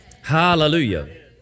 Hallelujah